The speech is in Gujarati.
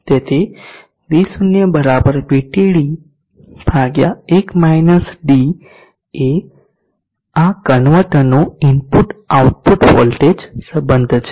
તેથી V0 VT d 1 d એ આ કન્વર્ટરનું ઇનપુટ આઉટપુટ વોલ્ટેજ સંબધ છે